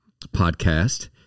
podcast